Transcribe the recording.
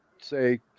say